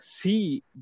see